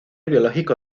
biológico